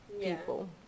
people